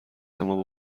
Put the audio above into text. اما